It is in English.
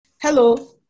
Hello